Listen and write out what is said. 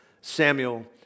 Samuel